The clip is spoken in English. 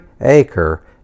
acre